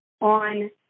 on